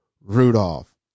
Rudolph